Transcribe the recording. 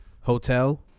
hotel